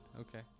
okay